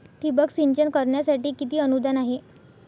ठिबक सिंचन करण्यासाठी किती अनुदान आहे?